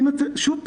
שוב,